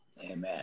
Amen